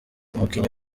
umukinnyi